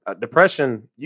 depression